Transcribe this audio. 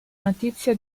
notizia